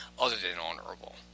other-than-honorable